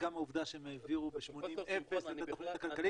וגם העובדה שהם העבירו ב-80 אפס את התוכנית הכלכלית,